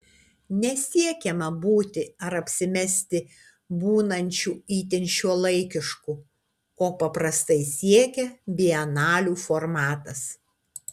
nesiekiama būti ar apsimesti būnančiu itin šiuolaikišku ko paprastai siekia bienalių formatas